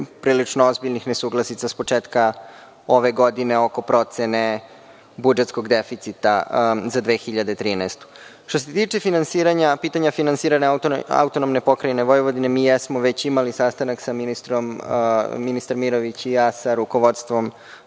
prilično ozbiljnih nesuglasica sa početka ove godine, a oko procene budžetskog deficita za 2013. godinu. Što se tiče pitanja finansiranja AP Vojvodine, mi jesmo već imali sastanak sa, ministar Mirović i ja, rukovodstvom